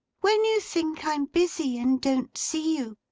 when you think i'm busy, and don't see you,